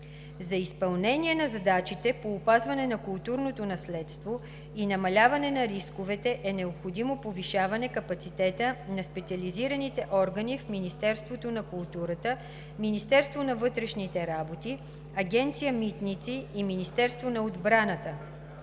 За изпълнение на задачите по опазване на културното наследство и намаляване на рисковете е необходимо повишаване капацитета на специализираните органи в Министерството на културата, Министерството на вътрешните работи, Агенция „Митници“ и Министерството на отбраната.